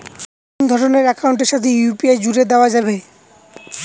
কোন ধরণের অ্যাকাউন্টের সাথে ইউ.পি.আই জুড়ে দেওয়া যাবে?